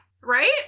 Right